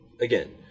Again